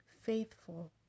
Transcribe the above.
faithful